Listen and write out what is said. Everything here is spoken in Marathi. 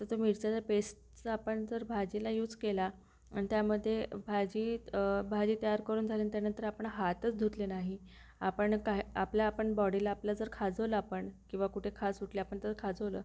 तर तो मिरच्याचा पेस्टचं आपण जर भाजीला यूज केला अन् त्यामध्ये भाजीत भाजी तयार करून झालंन त्यानंतर आपण हातच धुतले नाही आपण काह आपल्या आपण बॉडीला आपल्या जर खाजवलं आपण किंवा कुठे खाज सुटली आपण तर खाजवलं